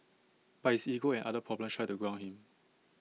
but his ego and other problems try to ground him